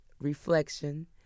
reflection